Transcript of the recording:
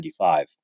1995